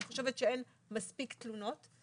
אני חושבת שאין מספיק תלונות.